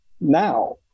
now